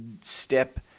step